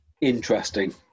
Interesting